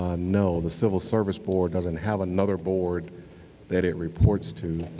um no, the civil service board doesn't have another board that it reports to.